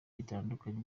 bitandukanye